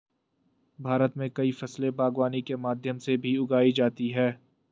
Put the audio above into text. भारत मे कई फसले बागवानी के माध्यम से भी उगाई जाती है